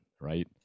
right